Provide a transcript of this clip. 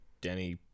Danny